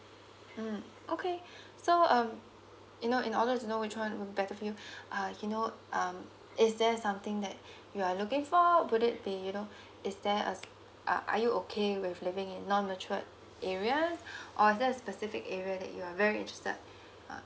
mm okay so um you know in order to know which one will be better for you uh you know um is there something that you are looking for would it be you know is there uh are you okay with living in non matured area or just specific area that you are very interested uh